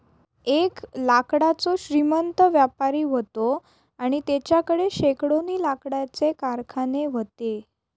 एक लाकडाचो श्रीमंत व्यापारी व्हतो आणि तेच्याकडे शेकडोनी लाकडाचे कारखाने व्हते